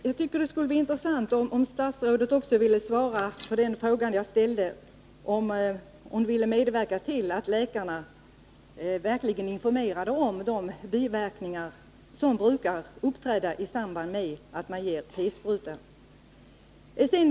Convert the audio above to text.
Herr talman! Jag tycker att det skulle vara intressant om statsrådet också ville svara på den fråga jag ställde, om hon vill medverka till att läkarna skall informera om de biverkningar som brukar uppträda i samband med att p-sprutan ges.